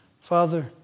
Father